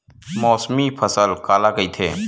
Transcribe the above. मौसमी फसल काला कइथे?